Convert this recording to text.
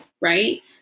right